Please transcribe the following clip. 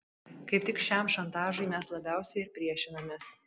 kaip tik šiam šantažui mes labiausiai ir priešinamės